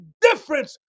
difference